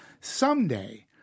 someday